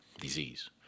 disease